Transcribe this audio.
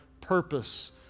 purpose